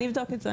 אני אבדוק את זה.